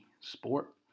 sport